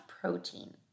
protein